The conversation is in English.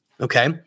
Okay